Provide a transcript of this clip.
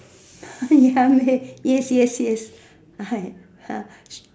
ya meh yes yes I